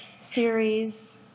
series